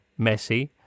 Messi